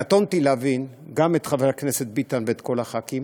קטונתי מלהבין גם את חבר הכנסת ביטן ואת כל הח"כים,